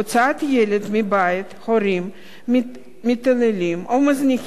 ילד מבית הורים מתעללים או מזניחים,